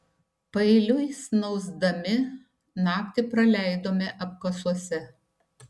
paeiliui snausdami naktį praleidome apkasuose